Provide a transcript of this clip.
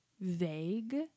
vague